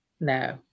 no